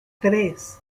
tres